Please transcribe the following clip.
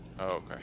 okay